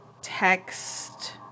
text